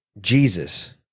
Jesus